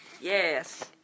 Yes